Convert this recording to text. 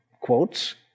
quotes